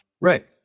right